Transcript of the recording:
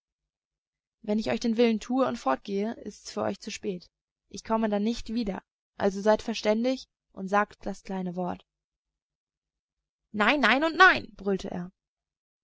wenn ich euch den willen tue und fortgehe ist's für euch zu spät ich komme dann nicht wieder also seid verständig und sagt das kleine wort nein nein und nein brüllte er